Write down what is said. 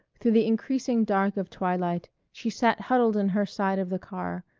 through the increasing dark of twilight, she sat huddled in her side of the car,